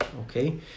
okay